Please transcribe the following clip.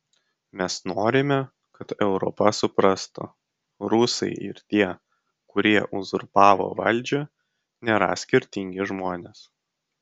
mes norime kad europa suprastų rusai ir tie kurie uzurpavo valdžią nėra skirtingi žmonės